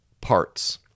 parts